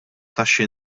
taxxi